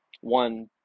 One